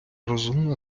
розумна